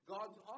God's